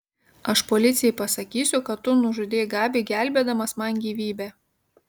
aš policijai pasakysiu kad tu nužudei gabį gelbėdamas man gyvybę